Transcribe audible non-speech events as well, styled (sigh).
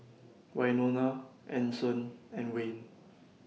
Wynona Anson and Wayne (noise)